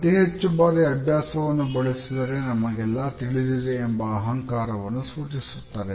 ಅತಿ ಹೆಚ್ಚು ಬಾರಿ ಅಭ್ಯಾಸವನ್ನು ಬಳಸಿದರೆ ನಮಗೆಲ್ಲಾ ತಿಳಿದಿದೆ ಎಂಬ ಅಹಂಕಾರವನ್ನು ಸೂಚಿಸುತ್ತದೆ